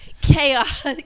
Chaos